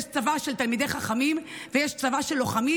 יש צבא של תלמידי חכמים ויש צבא של לוחמים